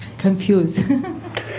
Confused